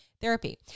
therapy